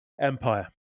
Empire